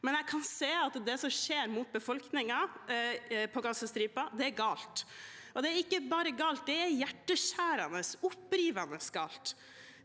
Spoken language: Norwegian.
men jeg kan se at det som skjer mot befolkningen på Gazastripen, er galt. Det er ikke bare galt, det er hjerteskjærende, opprivende galt,